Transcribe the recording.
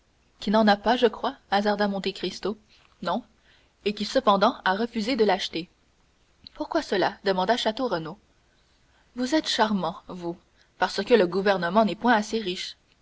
qui n'en a pas je crois hasarda monte cristo non et qui cependant a refusé de l'acheter pourquoi cela demanda château renaud vous êtes charmant vous parce que le gouvernement n'est point assez riche